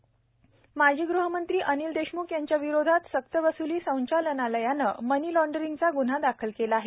अनिल देशम्ख माजी गृहमंत्री अनिल देशमुख यांच्या विरोधात सक्तवसूली संचालनालयानं मनीलाँड्रिंगचा गुन्हा दाखल केला आहे